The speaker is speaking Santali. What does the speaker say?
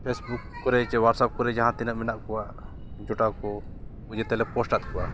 ᱯᱷᱮᱥᱵᱩᱠ ᱠᱚᱨᱮ ᱪᱮ ᱦᱳᱣᱟᱴᱥᱟᱯ ᱠᱚᱨᱮ ᱡᱟᱦᱟᱸ ᱛᱤᱱᱟᱹᱜ ᱢᱮᱱᱟᱜ ᱠᱚᱣᱟ ᱡᱚᱴᱟᱣ ᱠᱚ ᱡᱮᱛᱮᱞᱮ ᱯᱳᱥᱴ ᱟᱫ ᱠᱚᱣᱟ